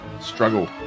struggle